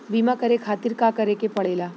बीमा करे खातिर का करे के पड़ेला?